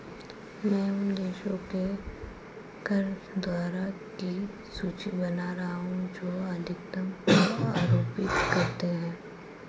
मैं उन देशों के कर दरों की सूची बना रहा हूं जो अधिकतम कर आरोपित करते हैं